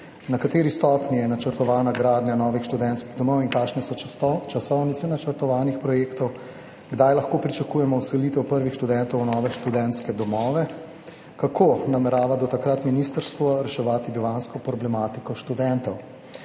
Na kateri stopnji je načrtovana gradnja novih študentskih domov? Kakšne so časovnice načrtovanih projektov? Kdaj lahko pričakujemo vselitev prvih študentov v nove študentske domove? Kako namerava do takrat ministrstvo reševati bivanjsko problematiko študentov?